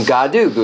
Gadu